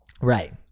right